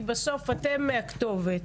כי בסוף אתם הכתובת.